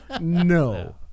No